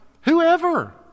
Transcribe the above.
Whoever